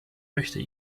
möchte